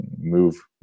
move